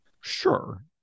sure